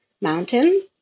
mountain